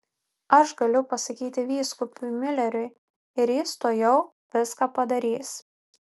aš galiu pasakyti vyskupui miuleriui ir jis tuojau viską padarys